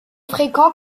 fréquent